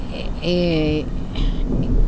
इति